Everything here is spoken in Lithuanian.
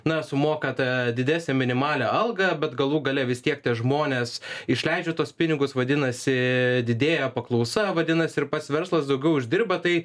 na sumoka tą didesnę minimalią algą bet galų gale vis tiek tie žmonės išleidžia tuos pinigus vadinasi didėja paklausa vadinasi ir pats verslas daugiau uždirba tai